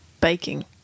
baking